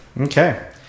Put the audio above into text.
Okay